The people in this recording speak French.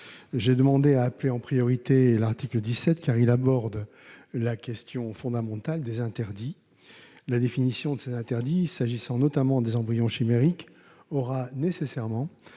J'ai demandé que soit examiné en priorité l'article 17, car il aborde la question fondamentale des interdits. La définition de ces derniers, s'agissant notamment des embryons chimériques, aura nécessairement